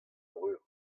breur